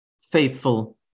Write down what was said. faithful